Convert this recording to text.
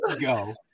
go